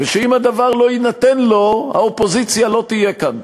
ושאם הדבר לא יינתן לו האופוזיציה לא תהיה כאן.